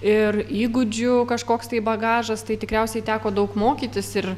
ir įgūdžių kažkoks tai bagažas tai tikriausiai teko daug mokytis ir